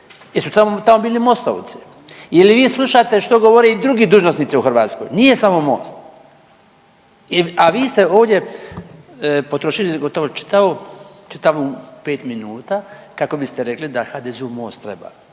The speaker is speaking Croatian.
Jesu tamo bili mostovci? Je li vi slušate što govore i drugi dužnosnici u Hrvatskoj? Nije samo Most. A vi ste ovdje potrošili gotovo čitavu 5 minuta kako biste rekli da HDZ-u Most treba.